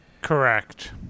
Correct